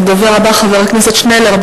הדובר הבא, חבר הכנסת עתניאל שנלר.